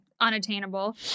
unattainable